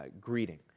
greeting